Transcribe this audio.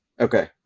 Okay